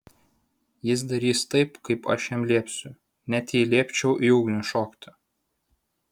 jis darys taip kaip aš jam liepsiu net jei liepčiau į ugnį šokti